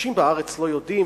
אנשים בארץ לא יודעים,